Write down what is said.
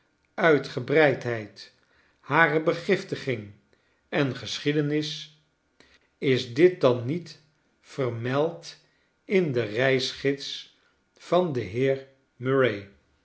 uitgebreidheid hare begiftiging en geschiedenis is dit dan niet vermeld in den reisgids van den heer murray